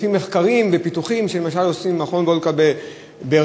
לפי מחקרים ופיתוחים שלמשל עושים במכון וולקני ברחובות.